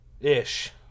ish